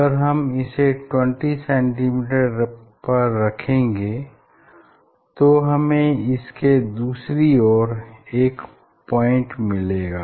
अगर हम इसे 20 cm पर रखेंगे तो हमें इसके दूसरी ओर एक पॉइंट मिलेगा